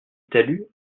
talus